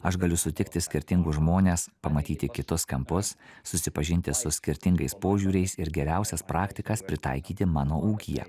aš galiu sutikti skirtingus žmones pamatyti kitus kampus susipažinti su skirtingais požiūriais ir geriausias praktikas pritaikyti mano ūkyje